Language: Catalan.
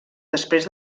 després